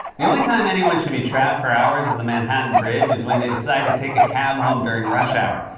the only time anyone should be trapped for hours on the manhattan bridge is when they decide to take a cab home during rush hour.